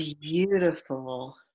Beautiful